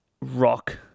rock